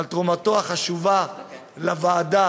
על תרומתו החשובה לוועדה